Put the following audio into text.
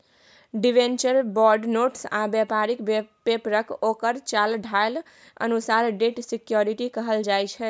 debenture, bond, notes आ बेपारिक पेपरकेँ ओकर चाल ढालि अनुसार डेट सिक्युरिटी कहल जाइ छै